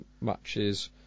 matches